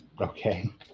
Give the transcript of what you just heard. Okay